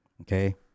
Okay